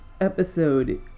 episode